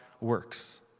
works